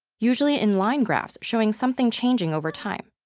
usually in line graphs showing something changing over time.